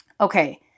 Okay